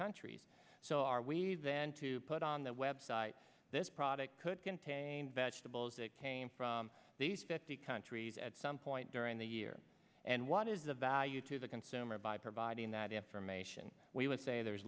countries so are we then to put on the web site this product could contain vegetables that came from these fifty countries at some point during the year and what is the value to the consumer by providing that information we would say there